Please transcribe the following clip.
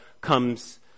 comes